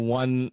one